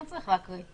לא צריך להקריא,